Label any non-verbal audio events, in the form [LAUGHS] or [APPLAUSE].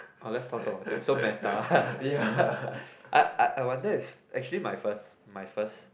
oh let's talk about it so meta [LAUGHS] I I wonder if actually my first my first